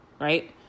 Right